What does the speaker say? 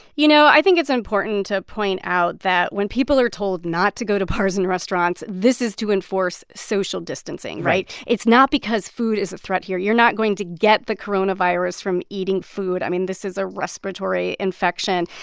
you know, i think it's important to point out that when people are told not to go to bars and restaurants, this is to enforce social distancing, right? right it's not because food is a threat here. you're not going to get the coronavirus from eating food. i mean, this is a respiratory infection.